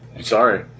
Sorry